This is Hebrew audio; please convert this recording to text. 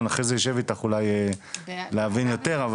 אחרי זה אני אשב איתך להבין יותר.